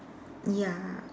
ya